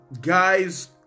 guy's